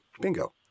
Bingo